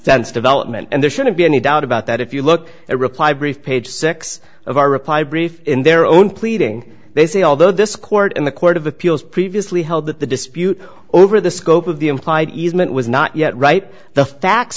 its development and there shouldn't be any doubt about that if you look at reply brief page six of our reply brief in their own pleading they say although this court in the court of appeals previously held that the dispute over the scope of the implied easement was not yet ripe the